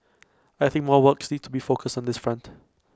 I think more works needs to be focused on this front